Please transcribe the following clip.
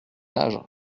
âge